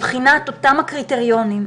לבחינת אותם הקריטריונים.